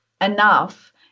enough